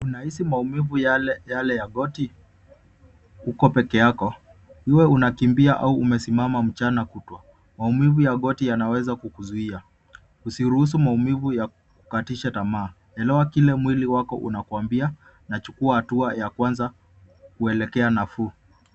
Unaihisi maumivu yale ya goti? Uko peke yako iwe unakimbia ama unasimama mchana kutwa. Maumivu ya goti yanaweza kukuzuia. Usiruhusu maumivu ya kukatisha tamaa, elewe kile mwili wako kinakuambia na ushukue hatua ya kwanza kuelekea nafuu.